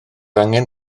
angen